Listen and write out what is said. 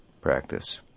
practice